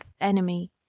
enemy